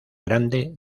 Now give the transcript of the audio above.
grande